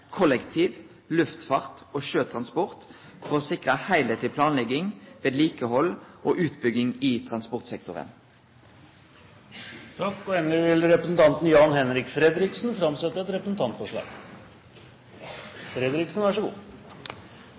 kollektiv, luftfart og sjøtransport for å sikre heilheitleg planlegging, vedlikehald og utbygging i transportsektoren. Og endelig, vil representanten Jan-Henrik Fredriksen framsette et representantforslag.